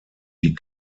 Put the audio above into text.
die